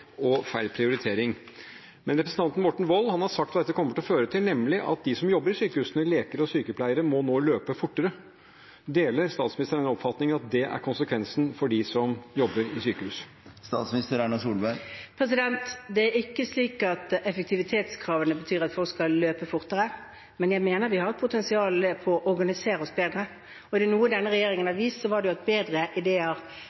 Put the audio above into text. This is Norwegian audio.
og feil prioritering. Representanten Morten Wold har sagt hva dette kommer til å føre til, nemlig at de som jobber i sykehusene, leger og sykepleiere, nå må løpe fortere. Deler statsministeren den oppfatningen, at det er konsekvensen for dem som jobber i sykehus? Det er ikke slik at effektivitetskravene betyr at folk skal løpe fortere, men jeg mener vi har et potensial ved å organisere oss bedre. Er det noe denne regjeringen